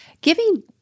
Giving